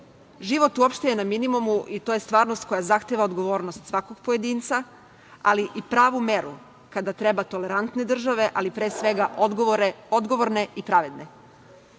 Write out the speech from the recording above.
je uopšte na minimumu i to je stvarnost koja zahteva odgovornost svakog pojedinca, ali i pravu meru kada treba tolerantne države, ali pre svega odgovorne i pravedne.U